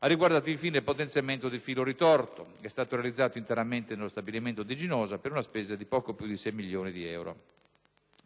ha riguardato invece il potenziamento di filo ritorto ed è stato realizzato interamente nello stabilimento di Ginosa, per una spesa di poco più di 6 milioni di euro.